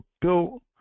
built